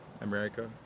America